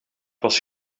was